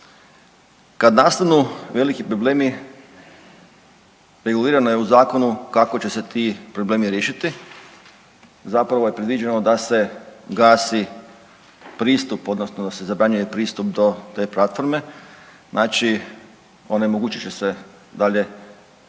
Kad nastanu veliki problemi regulirano je u zakonu kako će se ti problemi riješiti, zapravo je predviđeno da se gasi pristup odnosno da se zabranjuje pristup do te platforme, znači onemogućit će se dalje potrošačima